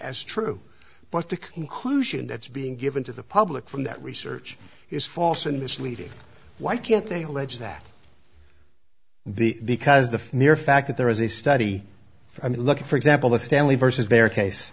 as true but the conclusion that's being given to the public from that research is false and misleading why can't they allege that the because the mere fact that there is a study i mean look at for example the stanley versus bear case